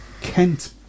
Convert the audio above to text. Kent